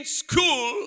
school